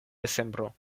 decembro